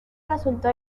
resultó